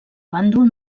bàndol